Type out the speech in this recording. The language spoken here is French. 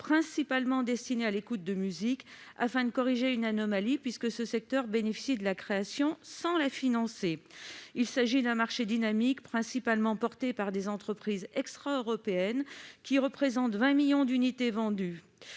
principalement destiné à l'écoute de musique afin de corriger une anomalie, puisque ce secteur bénéficie de la création, sans la financer. Il s'agit d'un marché dynamique, principalement porté par des entreprises extraeuropéennes, qui représente 20 millions d'unités vendues.